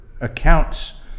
accounts